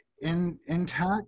intact